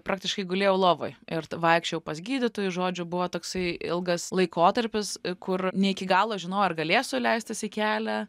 praktiškai gulėjau lovoj ir t vaikščiojau pas gydytojus žodžiu buvo toksai ilgas laikotarpis kur ne iki galo žinoj ar galėsiu leistis į kelią